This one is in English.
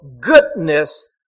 goodness